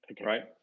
Right